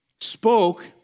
spoke